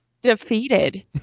defeated